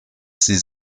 sie